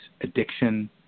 addiction